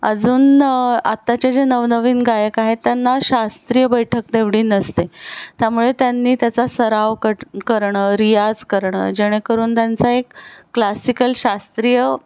अजून आत्ताचे जे नवनवीन गायक आहेत त्यांना शास्त्रीय बैठक तेवढी नसते त्यामुळे त्यांनी त्याचा सराव कट करणं रियाज करणं जेणेकरून त्यांचा एक क्लासिकल शास्त्रीय